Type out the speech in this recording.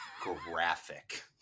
graphic